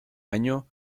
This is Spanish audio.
año